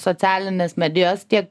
socialinės medijos tie